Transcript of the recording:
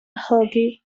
hockey